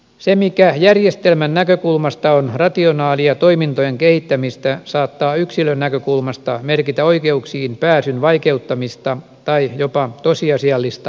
se mikä järjestelmän näkökulmasta on rationaalia toimintojen kehittämistä saattaa yksilön näkökulmasta merkitä oikeuksiin pääsyn vaikeuttamista tai jopa tosiasiallista estämistä